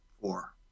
Four